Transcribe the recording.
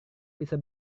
bisa